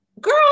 Girl